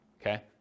okay